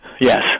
Yes